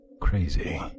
crazy